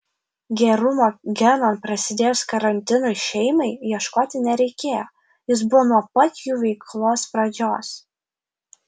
gerumo geno prasidėjus karantinui šeimai ieškoti nereikėjo jis buvo nuo pat jų veiklos pradžios